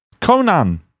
Conan